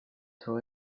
throw